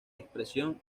expresión